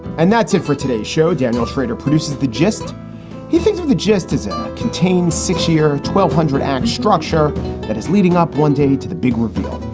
and that's it for today's show, daniel shrader produces the gist he thinks of. the gist is it contains six year twelve hundred act structure that is leading up one day to the big reveal.